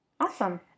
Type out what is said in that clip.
Awesome